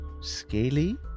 scaly